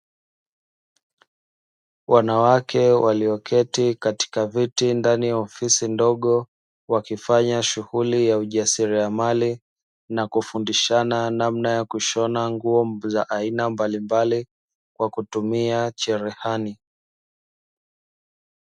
Wanawake walioketi katika viti ndani ya ofisi ndogo wakifanya shughuli ya ujasiriamali na kufundishana namna ya kushona nguo za aina mbalimbali kwa kutumia cherehani.